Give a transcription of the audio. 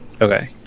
Okay